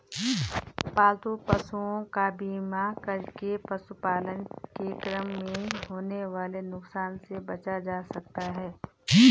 पालतू पशुओं का बीमा करके पशुपालन के क्रम में होने वाले नुकसान से बचा जा सकता है